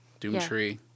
Doomtree